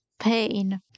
Pain